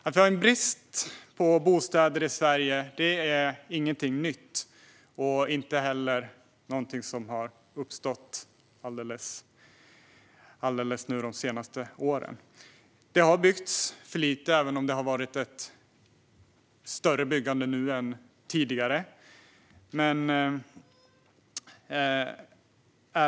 Att vi har brist på bostäder i Sverige är ingenting nytt. Det är inte heller någonting som har uppstått de senaste åren. Det har byggts för lite, även om det har varit ett större byggande nu än tidigare.